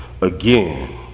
again